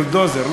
בולדוזר,